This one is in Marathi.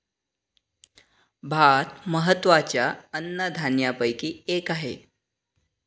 भात महत्त्वाच्या अन्नधान्यापैकी एक आहे